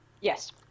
Yes